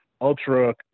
ultra